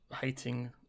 hating